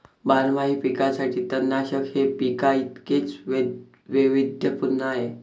बारमाही पिकांसाठी तणनाशक हे पिकांइतकेच वैविध्यपूर्ण आहे